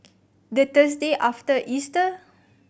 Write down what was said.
the Thursday after Easter